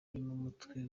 numutwe